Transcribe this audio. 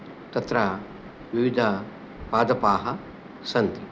तत्र विविध पादपाः सन्ति